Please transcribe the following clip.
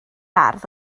ardd